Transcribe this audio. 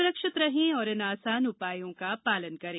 सुरक्षित रहें और इन आसान उपायों का पालन करें